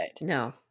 no